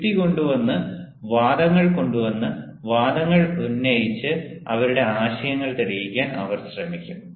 യുക്തി കൊണ്ടുവന്ന് വാദങ്ങൾ കൊണ്ടുവന്ന് വാദങ്ങൾ ഉന്നയിച്ച് അവരുടെ ആശയങ്ങൾ തെളിയിക്കാൻ അവർ ശ്രമിക്കും